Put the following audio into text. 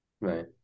Right